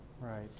Right